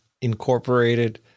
Incorporated